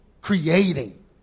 creating